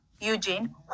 Eugene